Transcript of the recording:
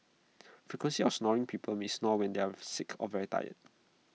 frequency of snoring people may snore when they are sick or very tired